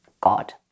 God